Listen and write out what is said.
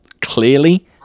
clearly